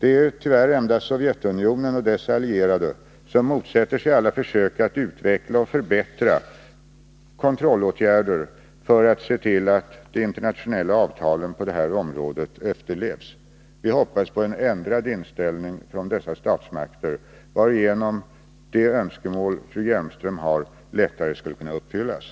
Tyvärr motsätter sig Sovjetunionen och dess allierade alla försök att utveckla och förbättra kontrollåtgärder som går ut på att man skall se till att de internationella avtalen på detta område efterlevs. Vi hoppas på en ändrad inställning från dessa stater, varigenom det önskemål fru Hjelmström har lättare skulle kunna tillmötesgås.